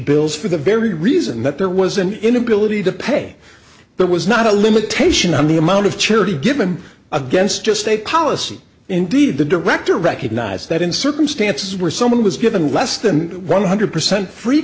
bills for the very reason that there was an inability to pay there was not a limitation on the amount of charity given against just a policy indeed the director recognized that in circumstances where someone was given less than one hundred percent free